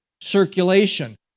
circulation